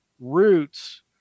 roots